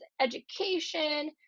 education